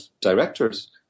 directors